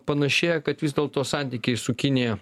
panašėja kad vis dėlto santykiai su kinija